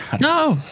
no